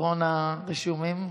אחרון הרשומים.